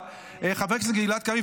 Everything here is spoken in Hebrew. חבר הכנסת גלעד קריב,